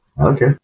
Okay